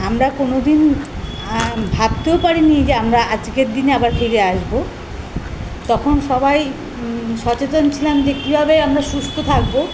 আমরা কোনোদিন ভাবতেও পারিনি যে আমরা আজকের দিনে আবার ফিরে আসবো তখন সবাই সচেতন ছিলাম যে কীভাবে আমরা সুস্থ থাকবো